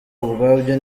ubwabyo